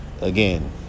again